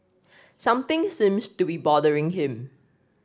something seems to be bothering him